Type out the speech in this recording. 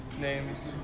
names